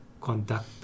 conduct